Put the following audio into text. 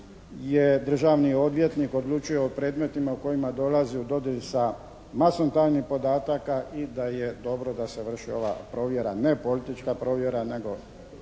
je državni odvjetnik odlučio o predmetima u kojima dolazi u dodir sa masom tajnih podataka i da je dobro da se vrši ova provjera, ne politička provjera, nego